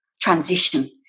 transition